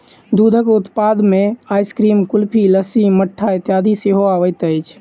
दूधक उत्पाद मे आइसक्रीम, कुल्फी, लस्सी, मट्ठा इत्यादि सेहो अबैत अछि